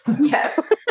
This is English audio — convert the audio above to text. Yes